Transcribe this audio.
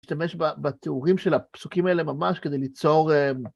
להשתמש בתיאורים של הפסוקים האלה ממש כדי ליצור...